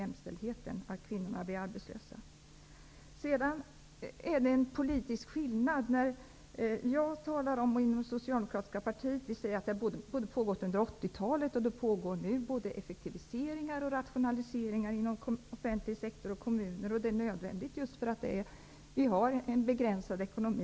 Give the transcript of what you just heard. Det faktum att kvinnorna blir arbetslösa förbättrar inte jämställdheten. Jag och socialdemokratiska partiet talar om att det under 80-talet har pågått och att det fortfarande pågår effektiviseringar och rationaliseringar inom offentlig sektor, t.ex. kommuner. Det är nödvändigt därför att vi har en begränsad ekonomi.